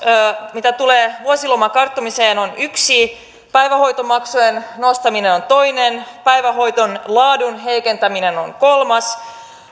mitä tulee vuosiloman karttumiseen on yksi päivähoitomaksujen nostaminen on toinen päivähoidon laadun heikentäminen on kolmas